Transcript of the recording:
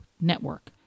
Network